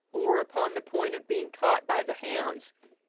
or upon the point of being caught by the hounds,